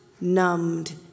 numbed